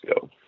go